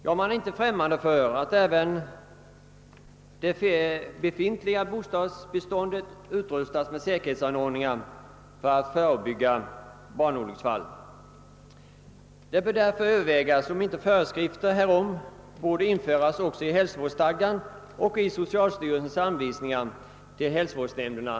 Man är inte främmande för tanken att även utrusta det befintliga bostadsbeståndet med säkerhetsanordningar för att förebygga barnolycksfall. Bostadsstyrelsens mening är därför att det bör övervägas, om inte föreskrifter härom borde införas också i hälsovårdsstadgan och i socialstyrelsens anvisningar till hälsovårdsnämnderna.